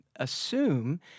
assume